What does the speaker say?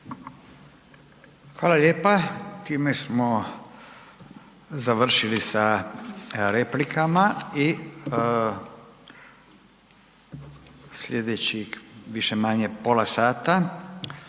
Hvala lijepa. Time smo završili sa replikama i sljedećih više-manje pola sata